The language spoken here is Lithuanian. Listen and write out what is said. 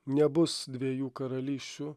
nebus dviejų karalysčių